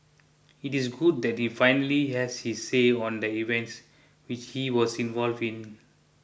it is good that he finally has his say on the events which he was involved in